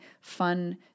fun